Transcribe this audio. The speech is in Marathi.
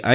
आय